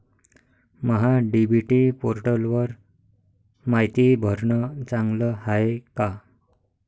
महा DBT पोर्टलवर मायती भरनं चांगलं हाये का?